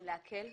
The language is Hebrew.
להקל ולהפחית.